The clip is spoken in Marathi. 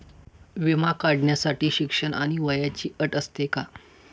विमा काढण्यासाठी शिक्षण आणि वयाची अट असते का?